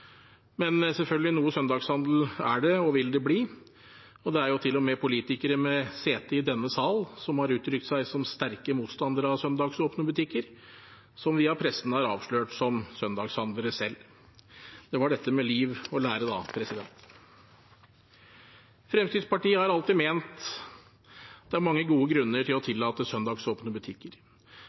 vil det være, selvfølgelig. Det er til og med politikere med sete i denne salen som har uttrykt seg som sterke motstandere av søndagsåpne butikker, men som pressen har avslørt som søndagshandlere. Det var dette med liv og lære, da. Fremskrittspartiet har alltid ment at det er mange gode grunner til å tillate søndagsåpne butikker.